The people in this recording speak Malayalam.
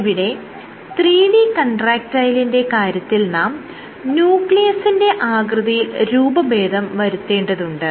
ഇവിടെ 3D കൺട്രാക്ടയിലിന്റെ കാര്യത്തിൽ നാം ന്യൂക്ലിയസിന്റെ ആകൃതിയിൽ രൂപഭേദം വരുത്തേണ്ടതുണ്ട്